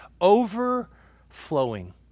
overflowing